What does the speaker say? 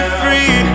free